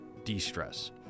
De-stress